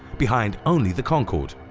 behind only the concorde.